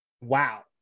Wow